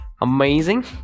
amazing